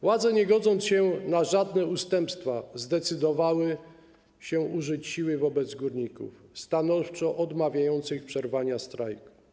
Władze, nie godząc się na żadne ustępstwa, zdecydowały się użyć siły wobec górników stanowczo odmawiających przerwania strajku.